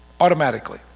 automatically